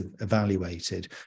evaluated